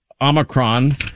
Omicron